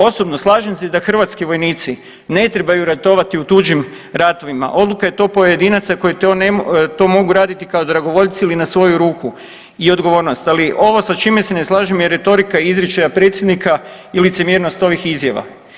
Osobno, slažem se da hrvatski vojnici ne trebaju ratovati u tuđim ratovima, odluka je to pojedinaca koji to mogu raditi kao dragovoljci ili na svoju ruku i odgovornost, ali ovo sa čime se ne slažem je retorika izričaja predsjednika i licemjernost ovih izjava.